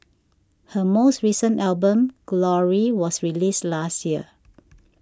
her most recent album Glory was released last year